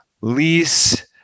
lease